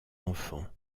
enfant